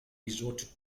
resorted